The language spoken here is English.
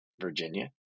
Virginia